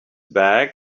bag